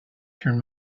turn